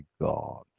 God